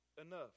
enough